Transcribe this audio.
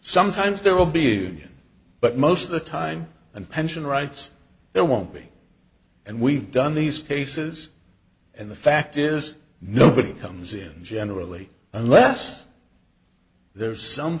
will be but most of the time and pension rights there won't be and we've done these cases and the fact is nobody comes in generally unless there's some